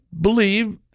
believe